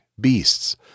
beasts